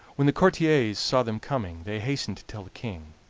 when the courtiers saw them coming they hastened to tell the king.